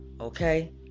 Okay